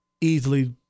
easily